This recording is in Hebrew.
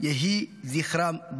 יהי זכרם ברוך.